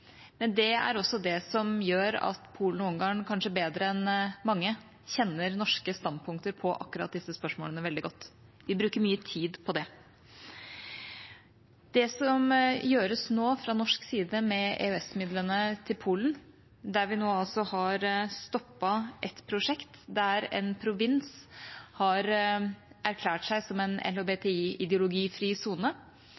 Men for oss er det også et veldig viktig verdispørsmål. Polen og Ungarn er gode samarbeidspartnere for Norge. Vi er allierte, vi jobber sammen. Det er også det som gjør at Polen og Ungarn, kanskje bedre enn mange, kjenner norske standpunkter i akkurat disse spørsmålene veldig godt. Vi bruker mye tid på det. Det som nå gjøres fra norsk side med EØS-midlene til Polen, er at vi har